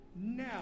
Now